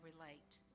relate